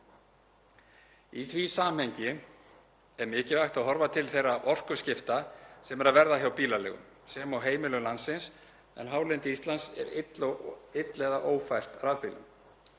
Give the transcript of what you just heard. Í því samhengi er mikilvægt að horfa til þeirra orkuskipta sem eru að verða hjá bílaleigum sem og heimilum landsins en hálendi Íslands er ill- eða ófært rafbílum.